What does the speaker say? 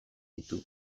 ditu